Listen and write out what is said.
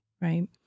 right